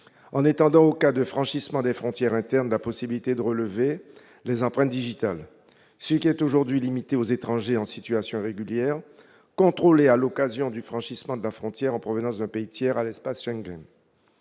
en étendant aux cas de franchissement des frontières internes la possibilité de relever les empreintes digitales. Cette possibilité est aujourd'hui limitée aux étrangers en situation irrégulière contrôlés à l'occasion du franchissement de la frontière en provenance d'un pays tiers à l'espace Schengen.